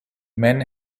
men